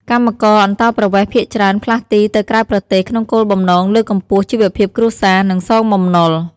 កម្មករអន្តោប្រវេសន៍ភាគច្រើនផ្លាស់ទីទៅក្រៅប្រទេសក្នុងគោលបំណងលើកកម្ពស់ជីវភាពគ្រួសារ និងសងបំណុល។